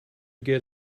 get